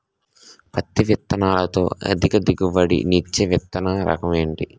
పత్తి విత్తనాలతో అధిక దిగుబడి నిచ్చే విత్తన రకం ఏంటి?